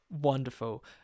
wonderful